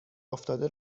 افتاده